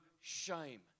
shame